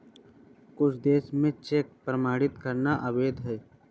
कुछ देशों में चेक प्रमाणित करना अवैध है